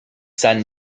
sons